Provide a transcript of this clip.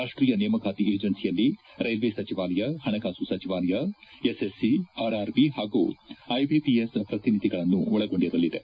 ರಾಷ್ಟೀಯ ನೇಮಕಾತಿ ಏಜೆನ್ಲಿಯಲ್ಲಿ ರೈಲ್ವೆ ಸಚಿವಾಲಯ ಹಣಕಾಸು ಸಚಿವಾಲಯ ಎಸ್ಎಸ್ಸಿ ಆರ್ಆರ್ಬಿ ಹಾಗೂ ಐಬಿಪಿಎಸ್ ಪ್ರತಿನಿಧಿಗಳನ್ನು ಒಳಗೊಂಡಿರಲಿದೆ